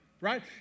right